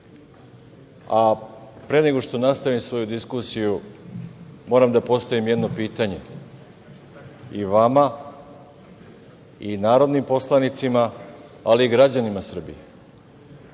nego što nastavim svoju diskusiju moram da postavim jedno pitanje i vama i narodnim poslanicima, ali i građanima Srbije.